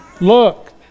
look